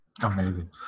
Amazing